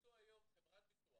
תחפשו היום חברת ביטוח